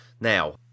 Now